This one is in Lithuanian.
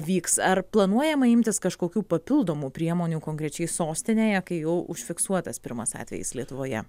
vyks ar planuojama imtis kažkokių papildomų priemonių konkrečiai sostinėje kai jau užfiksuotas pirmas atvejis lietuvoje